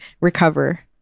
recover